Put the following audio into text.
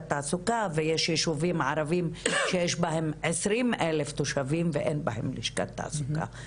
תעסוקה ויש ישובים ערביים שיש בהם 20 אלף תושבים ואין בהם לשכת תעסוקה.